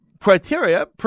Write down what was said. criteria